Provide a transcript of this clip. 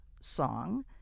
song